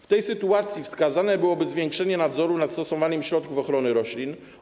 W tej sytuacji wskazane byłoby zwiększenie nadzoru nad stosowaniem środków ochrony roślin.